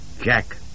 Jack